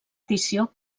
edició